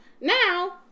now